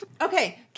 Okay